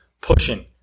pushing